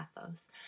pathos